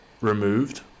removed